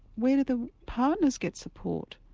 where do the partners get support?